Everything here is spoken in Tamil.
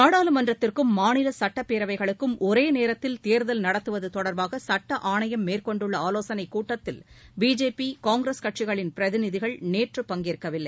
நாடாளுமன்றத்திற்கும் மாநில சட்டப்பேரவைகளுக்கும் ஒரே நேரத்தில் தேர்தல் நடத்துவது தொடர்பாக சுட்ட ஆணையம் மேற்கொண்டுள்ள ஆலோசனைக் கூட்டத்தில் பிஜேபி காங்கிரஸ் கட்சிகளின் பிரதிநிதிகள் நேற்று பங்கேற்கவில்லை